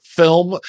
film